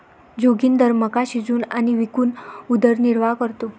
जोगिंदर मका शिजवून आणि विकून उदरनिर्वाह करतो